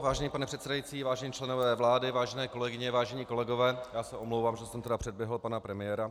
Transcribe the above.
Vážený pane předsedající, vážení členové vlády, vážené kolegyně, vážení kolegové, omlouvám se tedy, že jsem předběhl pana premiéra.